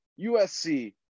USC